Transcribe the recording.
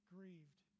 Grieved